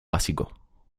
básico